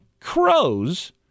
crows